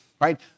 Right